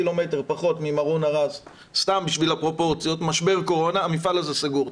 משבר קורונה, המפעל הזה סגור.